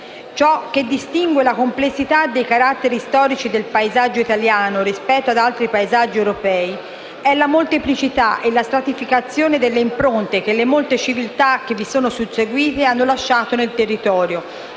Ciò che distingue la complessità dei caratteri storici del paesaggio italiano rispetto ad altri paesaggi europei sono la molteplicità e la stratificazione delle impronte che le molte civiltà che vi sono susseguite hanno lasciato nel territorio,